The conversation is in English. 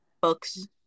Books